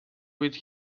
with